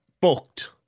Booked